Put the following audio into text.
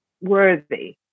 worthy